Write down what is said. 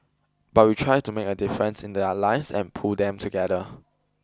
but we try to make a difference in their lives and pull them together